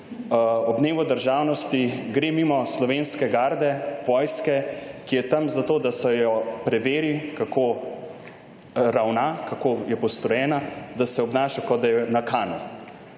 ob dnevu državnosti gre mimo slovenske garde, vojske, ki je tam zato, da se jo preveri, kako ravna, kako je postrojena, da se obnaša kot da je